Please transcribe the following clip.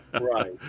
Right